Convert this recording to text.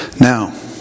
Now